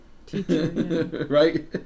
right